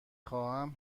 خواهم